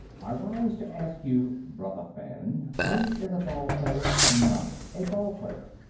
i rise to ask you brothah fan, when is a ball player not a ball player?